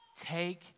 take